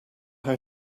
how